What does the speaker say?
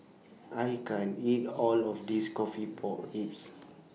I can't eat All of This Coffee Pork Ribs